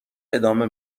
ادامه